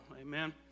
Amen